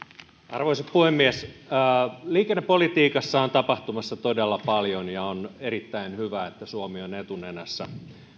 arvoisa puhemies liikennepolitiikassahan on tapahtumassa todella paljon ja on erittäin hyvä että suomi on etunenässä